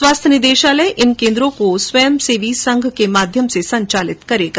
स्वास्थ्य निदेशालय इन केन्द्रों को स्वयं सेवी संघ के माध्यम से संचालित करेगा